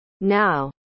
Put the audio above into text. Now